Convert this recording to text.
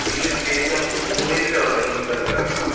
university எக்ஸாமுக்கு மூணு unit அவர் இன்னும் முடிக்காம இருக்காருங்களா